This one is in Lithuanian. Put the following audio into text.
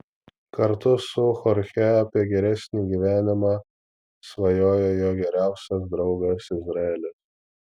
kartu su chorche apie geresnį gyvenimą svajoja jo geriausias draugas izraelis